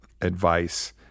advice